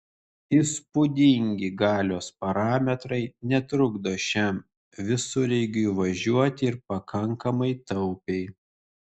įspūdingi galios parametrai netrukdo šiam visureigiui važiuoti ir pakankamai taupiai